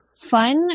fun